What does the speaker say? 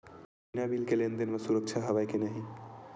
बिना बिल के लेन देन म सुरक्षा हवय के नहीं?